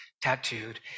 tattooed